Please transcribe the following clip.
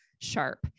sharp